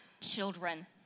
children